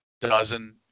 dozen